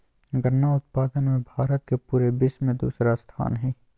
गन्ना उत्पादन मे भारत के पूरे विश्व मे दूसरा स्थान हय